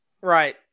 right